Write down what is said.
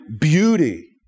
beauty